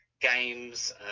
games